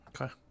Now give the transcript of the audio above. Okay